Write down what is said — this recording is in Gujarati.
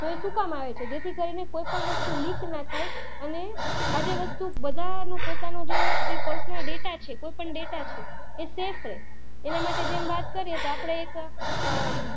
તો એ શું કામ આવે છે જેથી કરીને કોઈપણ વસ્તુ લીક ના થાય અને આ જે વસ્તુ બધાનું પોતાનું જે જે પર્સનલ ડેટા છે કોઈપણ ડેટા છે એ સેફ રહે એના માટે જેમ વાત કરીએ તો આપડે એક